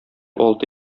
алты